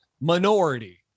Minority